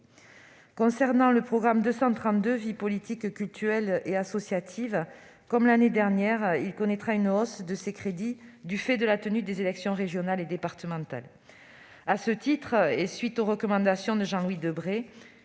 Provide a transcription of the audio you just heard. viens au programme 232, « Vie politique, cultuelle et associative ». Comme l'année dernière, il connaîtra une hausse de ses crédits du fait de la tenue des élections régionales et départementales. À ce titre, et à la suite des recommandations de Jean-Louis Debré,